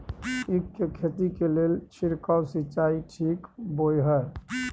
ईख के खेती के लेल छिरकाव सिंचाई ठीक बोय ह?